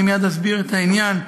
מייד אסביר את העניין,